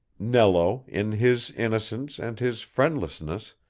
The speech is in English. nello in his innocence and his friendlessness,